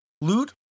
loot